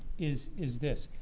is is this.